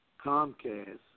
Comcast